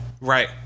Right